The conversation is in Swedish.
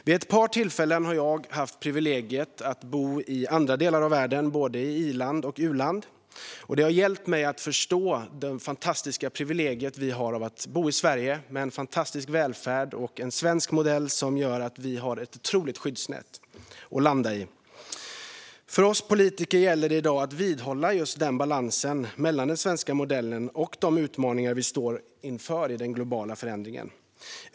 Vid ett par tillfällen har jag haft privilegiet att bo i andra delar av världen, både i i-land och i u-land, och det har hjälpt mig att förstå det fantastiska privilegium det är att bo i Sverige, med en fantastisk välfärd och en svensk modell som gör att vi har ett otroligt skyddsnät att landa i. För oss politiker gäller det i dag att vidmakthålla balansen mellan den svenska modellen och de utmaningar vi står inför i den globala förändringen.